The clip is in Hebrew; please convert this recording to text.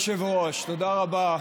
אדוני היושב-ראש, תודה רבה.